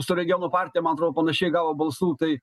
su regionų partija man atrodo panašiai gavo balsų tai